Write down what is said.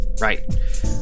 Right